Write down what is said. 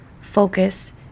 focus